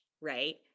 right